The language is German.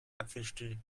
abwischte